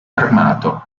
armato